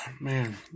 Man